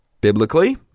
Biblically